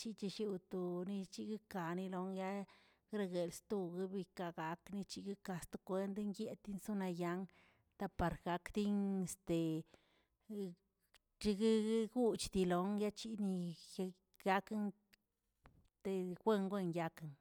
shike chiwto nichiguikaꞌ nilón, yahee greguelsto guebikaꞌa gak nichiguikaꞌksto kwendi yeꞌtienzonayang, taparjakdin este cheguegugchdil wnguiachini ngake'n wen wen yakenə.